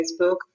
Facebook